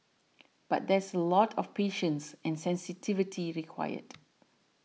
but there's a lot of patience and sensitivity required